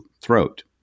throat